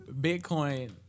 Bitcoin